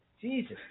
Jesus